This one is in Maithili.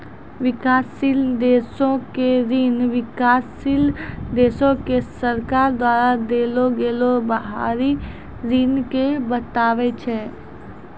विकासशील देशो के ऋण विकासशील देशो के सरकार द्वारा देलो गेलो बाहरी ऋण के बताबै छै